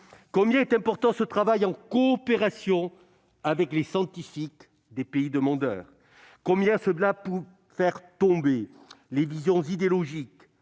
combien est important ce travail en coopération avec les scientifiques des pays demandeurs ; combien cela pourrait faire tomber les visions idéologiques